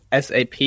SAP